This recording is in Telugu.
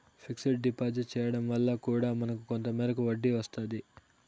ఫిక్స్డ్ డిపాజిట్ చేయడం వల్ల కూడా మనకు కొంత మేరకు వడ్డీ వస్తాది